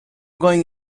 going